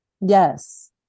Yes